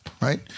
right